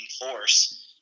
force